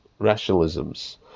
rationalisms